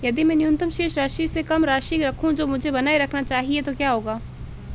यदि मैं न्यूनतम शेष राशि से कम राशि रखूं जो मुझे बनाए रखना चाहिए तो क्या होगा?